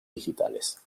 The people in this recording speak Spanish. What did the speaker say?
digitales